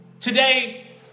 Today